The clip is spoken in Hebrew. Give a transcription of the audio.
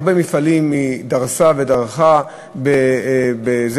הרבה מפעלים היא דרסה ודרכה בהקמתה,